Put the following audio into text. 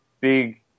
Big